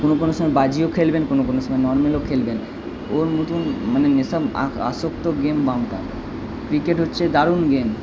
কোনো কোনো সময় বাজিও খেলবেন কোনো কোনো সময় নর্ম্যালও খেলবেন ওর নতুন মানে এসব আসক্ত গেম বাম্পার ক্রিকেট হচ্ছে দারুণ গেম